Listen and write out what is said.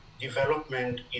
development